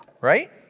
right